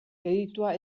kreditua